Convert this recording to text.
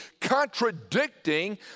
contradicting